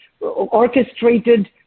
orchestrated